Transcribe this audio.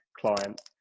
client